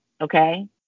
Okay